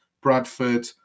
Bradford